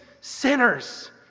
sinners